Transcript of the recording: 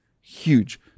huge